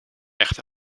echte